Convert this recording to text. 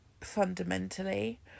fundamentally